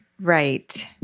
Right